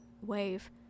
wave